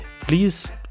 Please